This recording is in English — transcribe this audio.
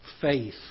faith